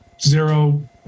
Zero